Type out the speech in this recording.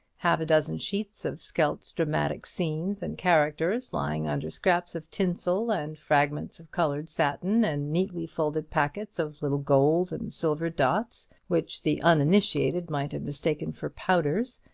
half-a-dozen sheets of skelt's dramatic scenes and characters lying under scraps of tinsel, and fragments of coloured satin, and neatly-folded packets of little gold and silver dots, which the uninitiated might have mistaken for powders.